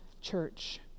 church